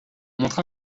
montre